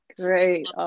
Great